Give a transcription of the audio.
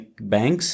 banks